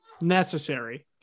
necessary